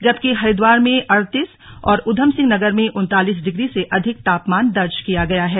जबकि हरिद्वार में अड़तीस और उधमसिंहनगर में उनतालीस डिग्री से अधिक तापमान दर्ज किया गया है